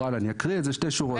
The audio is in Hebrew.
אני אקריא את זה שתי שורות,